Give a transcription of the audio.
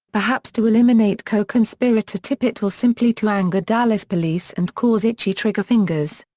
perhaps to eliminate co-conspirator tippit or simply to anger dallas police and cause itchy trigger fingers.